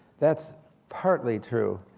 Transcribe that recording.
that's partly true,